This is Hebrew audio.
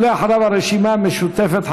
ואחריו מהרשימה המשותפת,